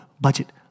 budget